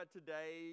today